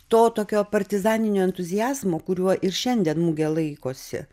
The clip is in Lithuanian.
to tokio partizaninio entuziazmo kuriuo ir šiandien mugė laikosi